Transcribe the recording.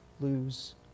lose